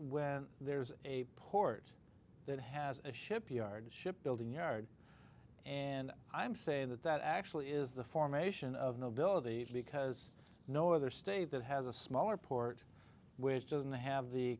when there's a port that has a shipyard shipbuilding yard and i'm say that that actually is the formation of nobility because no other state that has a smaller port which doesn't have the